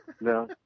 No